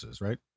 right